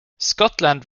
scotland